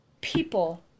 people